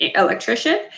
electrician